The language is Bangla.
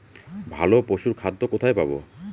ভালো পশুর খাদ্য কোথায় পাবো?